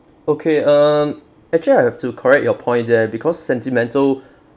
okay um actually I have to correct your point there because sentimental